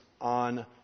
on